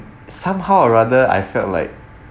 somehow or rather I felt like